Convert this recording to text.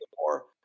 more